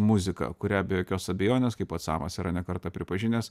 muzika kurią be jokios abejonės kaip pats samas yra ne kartą pripažinęs